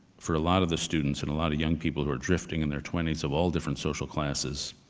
for a lot of the students and a lot of young people who are drifting in their twenty s of all different social classes,